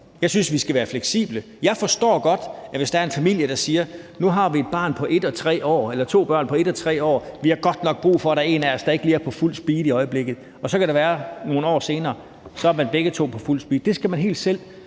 Jeg synes, vi skal være fleksible. Jeg forstår godt, hvis der er en familie, der siger: Nu har vi to børn på 1 og 3 år; vi har godt nok brug for, at der er en af os, der ikke lige er på fuld speed i øjeblikket. Og så kan det være, at nogle år senere er man begge to på fuld speed. Det skal man helt selv